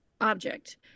object